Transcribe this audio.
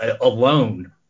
alone